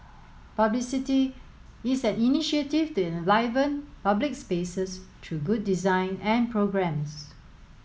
publicity is an initiative to enliven public spaces through good design and programmes